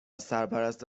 سرپرست